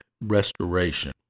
Restoration